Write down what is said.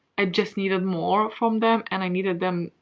i just needed more from them. and i needed them.